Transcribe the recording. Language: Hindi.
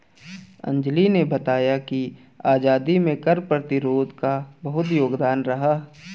अंजली ने बताया कि आजादी में कर प्रतिरोध का बहुत योगदान रहा